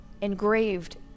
engraved